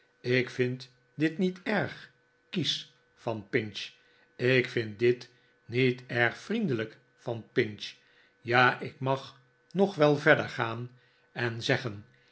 ik vind dit niet erg kiesch van pinch ik vind dit niet erg vriendelijk van pinch ja r ik mag nog wel verder gaan en zeggen